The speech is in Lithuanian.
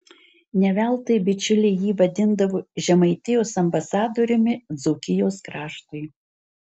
ne veltui bičiuliai jį vadindavo žemaitijos ambasadoriumi dzūkijos kraštui